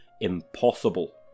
impossible